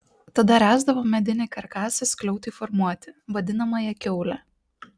tada ręsdavo medinį karkasą skliautui formuoti vadinamąją kiaulę